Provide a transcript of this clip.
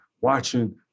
watching